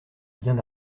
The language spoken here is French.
bien